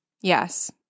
Yes